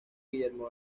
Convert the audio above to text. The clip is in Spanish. guillermo